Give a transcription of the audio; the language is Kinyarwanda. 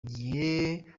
gihe